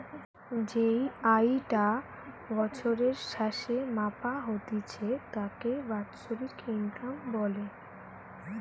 যেই আয়ি টা বছরের স্যাসে মাপা হতিছে তাকে বাৎসরিক ইনকাম বলে